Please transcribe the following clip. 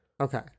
Okay